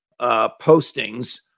postings